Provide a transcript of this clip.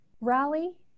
rally